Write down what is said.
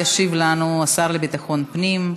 ישיב לנו השר לביטחון הפנים,